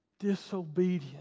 disobedient